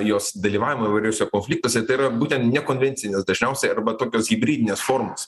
jos dalyvavimą įvairiuose konfliktuose tai yra būtent nekonvencinės dažniausiai arba tokios hibridinės formos